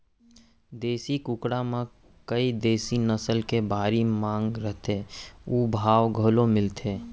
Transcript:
देसी कुकरा म कइ देसी नसल के भारी मांग रथे अउ भाव घलौ मिलथे